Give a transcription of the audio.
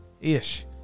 Ish